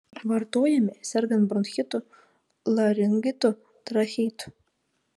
vartojami sergant bronchitu laringitu tracheitu